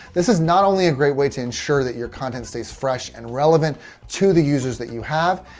this is not only a great way to ensure that your content stays fresh and relevant to the users that you have.